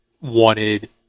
wanted